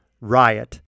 riot